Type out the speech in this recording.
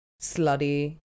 slutty